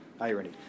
irony